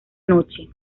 noche